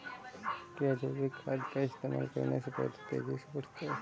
क्या जैविक खाद का इस्तेमाल करने से पौधे तेजी से बढ़ते हैं?